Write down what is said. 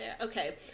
Okay